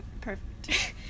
Perfect